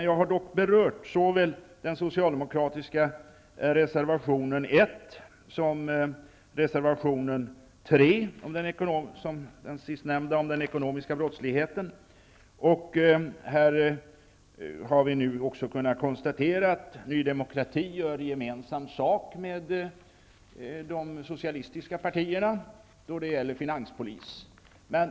Jag har dock berört såväl den socialdemokratiska reservationen 1 som reservationen 3, om den ekonomiska brottsligheten, och här har vi också kunnat konstatera att Ny demokrati gör gemensam sak med de socialistiska partierna då det gäller finanspolis.